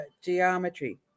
geometry